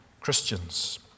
Christians